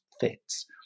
fits